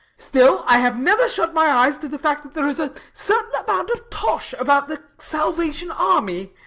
still, i have never shut my eyes to the fact that there is a certain amount of tosh about the salvation army.